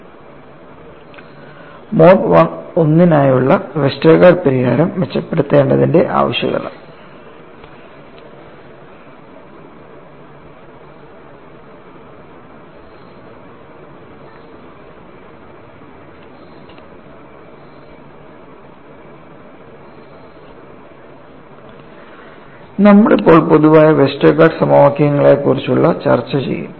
mode I നായുള്ള Westergaard പരിഹാരം മെച്ചപ്പെടുത്തേണ്ടതിന്റെ ആവശ്യകത നമ്മൾ ഇപ്പോൾ പൊതുവായ വെസ്റ്റർഗാർഡ് സമവാക്യങ്ങളെക്കുറിച്ചുള്ള ചർച്ച ചെയ്യും